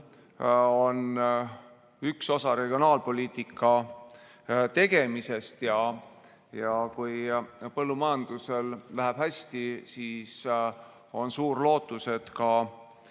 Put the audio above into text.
on üks osa regionaalpoliitikast. Kui põllumajandusel läheb hästi, siis on suur lootus, et ka